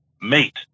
mate